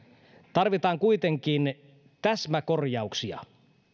tarvitaan kuitenkin täsmäkorjauksia